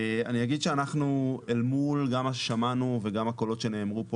אני אגיד שאנחנו אל מול מה שגם שמענו וגם הקולות שנאמרו פה